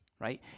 right